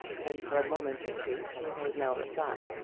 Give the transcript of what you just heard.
and for a moment or two she made no reply.